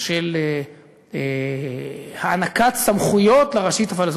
של הענקת סמכויות לרשות הפלסטינית.